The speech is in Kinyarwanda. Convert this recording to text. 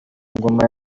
ngoma